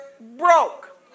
broke